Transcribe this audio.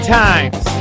times